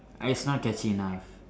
I it's not catchy enough